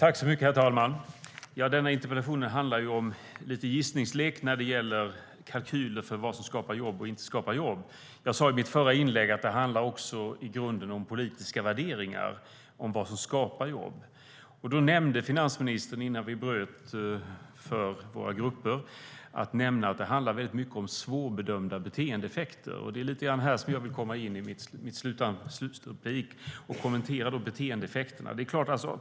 Herr talman! Denna interpellation handlar lite grann om en gissningslek när det gäller kalkyler för vad som skapar jobb och vad som inte skapar jobb. Jag sade i mitt förra inlägg att det också i grunden handlar om politiska värderingar om vad som skapar jobb. Finansministern nämnde före ajourneringen för gruppmöten att det handlar väldigt mycket om svårbedömda beteendeeffekter. Jag vill komma in lite grann på detta i mitt sista inlägg och kommentera beteendeeffekterna.